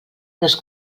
unes